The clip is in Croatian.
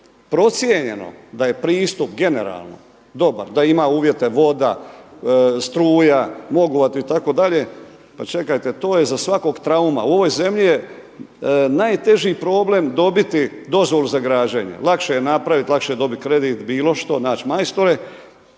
procijenjeno da je pristup generalno dobar, da ima uvjete voda, struka … itd. pa čekajte to je za svakog trauma. U ovoj zemlji je najteži problem dobiti dozvolu za građenje, lakše je napraviti, lakše je dobiti kredit bilo što, nać majstore